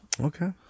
Okay